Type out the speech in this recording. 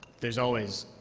there's always,